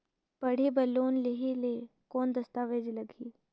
पढ़े बर लोन लहे ले कौन दस्तावेज लगही?